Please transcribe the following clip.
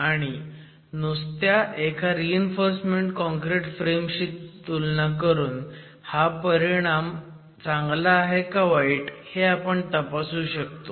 आणि नुसत्या एका रीइन्फोर्स काँक्रिट फ्रेम शी तुलना करून हा परिणाम चांगला आहे का वाईट हे आपण तपासू शकतो